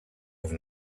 have